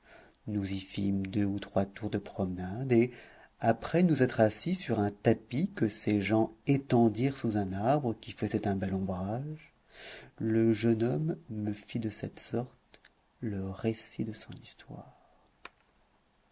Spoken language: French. nous y fîmes deux ou trois tours de promenade et après nous être assis sur un tapis que ses gens étendirent sous un arbre qui faisait un bel ombrage le jeune homme me fit de cette sorte le récit de son histoire